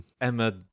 Emma